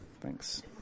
Thanks